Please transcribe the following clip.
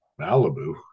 Malibu